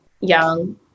young